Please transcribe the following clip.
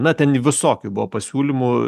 na ten visokių buvo pasiūlymų